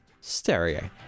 Stereo